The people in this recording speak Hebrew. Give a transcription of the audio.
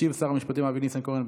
ישיב שר המשפטים אבי ניסנקורן.